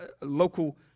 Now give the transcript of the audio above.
local